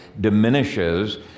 diminishes